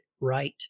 right